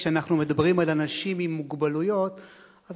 כשאנחנו מדברים על אנשים עם מוגבלויות אז